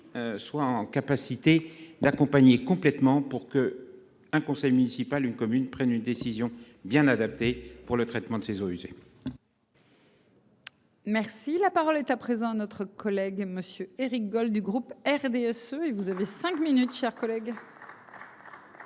Soit en capacité d'accompagner complètement pour que un conseil municipal une commune prenne une décision bien adapté pour le traitement de ces eaux usées. Merci la parole est à présent notre collègue monsieur Éric goal du groupe RDSE. Et vous avez 5 minutes, chers collègues.